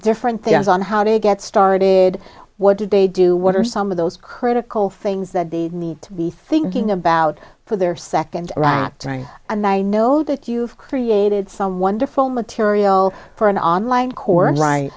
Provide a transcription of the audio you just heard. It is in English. different things on how to get started what did they do what are some of those critical things that they need to be thinking about for their second trying and i know that you've created some wonderful material for an online corner right